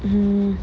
mmhmm